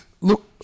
Look